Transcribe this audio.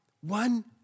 One